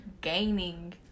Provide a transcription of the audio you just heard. gaining